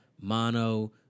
mono